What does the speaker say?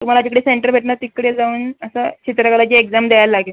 तुम्हाला जिकडे सेंटर भेटणार तिकडे जाऊन असं चित्रकलाची एक्झाम द्यायला लागेल